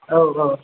औ औ